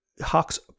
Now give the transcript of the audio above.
Hawks